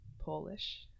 Polish